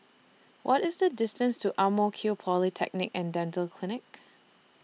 What IS The distance to Ang Mo Kio Polyclinic and Dental Clinic